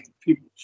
people